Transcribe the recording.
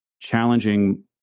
challenging